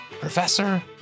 Professor